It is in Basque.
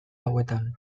hauetan